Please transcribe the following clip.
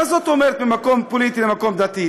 מה זאת אומרת ממקום פוליטי למקום דתי?